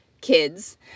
kids